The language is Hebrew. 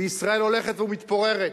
וישראל הולכת ומתפוררת.